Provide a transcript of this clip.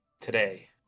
today